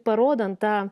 parodant tą